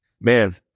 Man